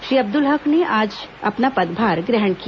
श्री अब्दुल हक ने आज अपना पदभार ग्रहण किया